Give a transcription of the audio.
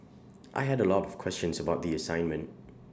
I had A lot of questions about the assignment